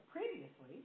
Previously